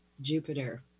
Jupiter